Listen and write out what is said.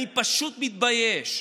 אני פשוט מתבייש.